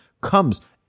comes